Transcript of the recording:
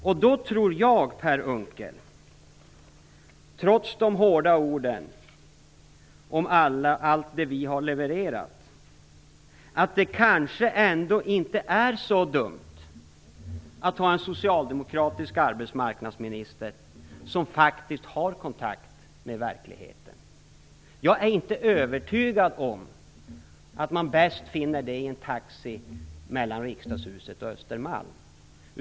Jag tror, Per Unckel, att det trots de hårda orden om allt det vi har levererat, kanske ändå inte är så dumt att ha en socialdemokratisk arbetsmarknadsminister som har kontakt med verkligheten. Jag är inte övertygad om att man bäst finner den i en taxi mellan riksdagshuset och Östermalm.